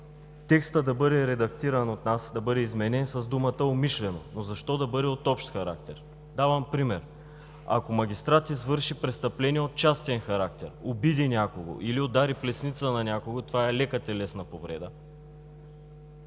текстът да бъде редактиран от нас, да бъде заменен с думата „умишлено“, но защо да бъде от „общ характер“? Давам пример. Ако магистрат извърши престъпление от частен характер – обиди някого или удари плесница на някого – това е лека телесна повреда.